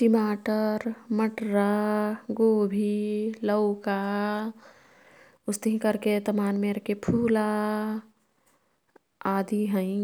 टिमाटर, मटरा, गोभी, लौका उस्तिही कर्के तमान मेरके फुला आदि हैं।